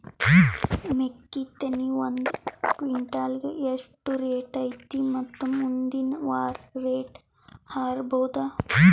ಮೆಕ್ಕಿ ತೆನಿ ಒಂದು ಕ್ವಿಂಟಾಲ್ ಗೆ ಎಷ್ಟು ರೇಟು ಐತಿ ಮತ್ತು ಮುಂದಿನ ವಾರ ರೇಟ್ ಹಾರಬಹುದ?